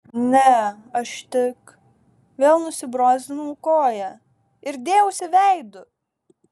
ne aš tik vėl nusibrozdinau koją ir dėjausi veidu